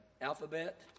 alphabet